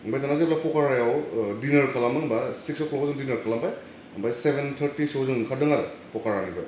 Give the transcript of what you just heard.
आमफ्राय दाना जेब्ला पकारायाव ओह डिनार खालामो होमबा सिक्स अ क्लक आव जों डिनार खालामबाय आमफाय सेभेन थारटिसोआव जों ओंखारदों आरो पकारानिफ्राय